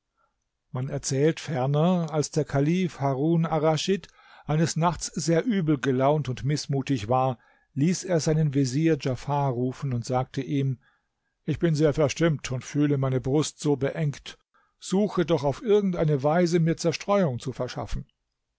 man erzählt ferner als der kalif harun arraschid eines nachts sehr übel gelaunt und mißmutig war ließ er seinen vezier djafar rufen und sagte ihm ich bin sehr verstimmt und fühle meine brust so beengt suche doch auf irgend eine weise mir zerstreuung zu verschaffen